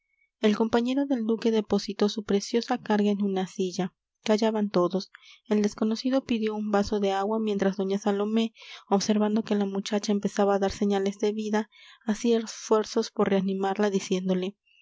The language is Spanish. el compañero del duque depositó su preciosa carga en una silla callaban todos el desconocido pidió un vaso de agua mientras doña salomé observando que la muchacha empezaba a dar señales de vida hacía esfuerzos por reanimarla diciéndole